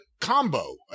combo